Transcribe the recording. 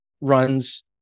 runs